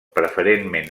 preferentment